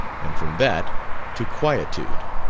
and from that to quietude.